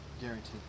guaranteed